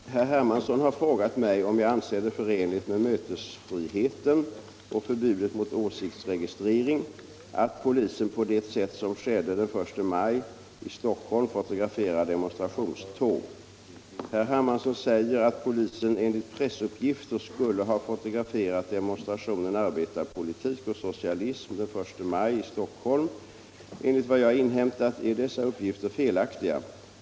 Herr talman! Herr Hermansson har frågat mig om jag anser det förenligt med mötesfriheten och förbudet mot åsiktsregistrering att polisen på det sätt som skedde den 1 maj i Stockholm fotograferar demonstrationståg. Herr Hermansson säger att polisen enligt pressuppgifter skulle ha fotograferat demonstrationen Arbetarpolitik och socialism den 1 maj i Stockholm. Enligt vad jag har inhämtat är dessa uppgifter felaktiga.